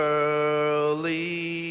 early